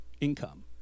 income